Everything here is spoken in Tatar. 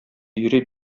йөри